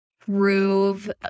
prove